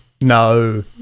no